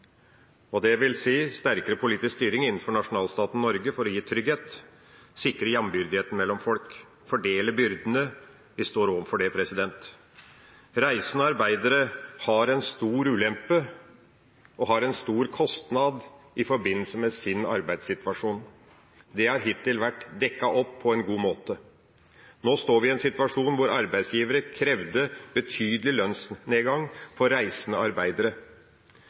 sterkere politisk styring innenfor nasjonalstaten Norge for å gi trygghet, sikre jambyrdighet mellom folk, fordele byrdene – vi står overfor det. Reisende arbeidere har en stor ulempe og en stor kostnad i forbindelse med sin arbeidssituasjon. Det har hittil vært dekket opp på en god måte. Nå står vi i en situasjon hvor arbeidsgivere har krevd betydelig lønnsnedgang for reisende arbeidere.